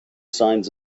signs